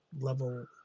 level